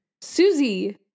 Susie